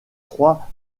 trois